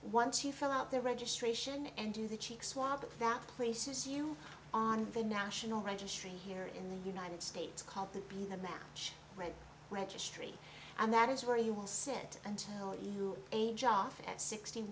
once you fill out their registration and do the cheek swab that places you on the national registry here in the united states called the be the match right registry and that is where you will sit until you a job at sixty